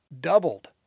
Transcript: doubled